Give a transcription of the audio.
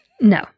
No